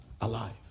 alive